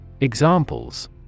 Examples